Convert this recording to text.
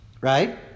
right